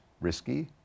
risky